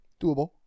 Doable